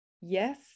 Yes